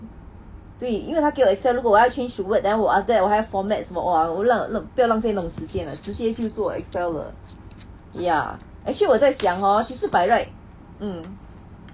对因为他给我 Excel 如果我要 change to Word then 我 after that 我还 format 什么 !wah! 浪浪不要浪费那种时间啊直接就做 Excel 了 ya actually 我在想 hor 其实 by right um